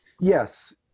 Yes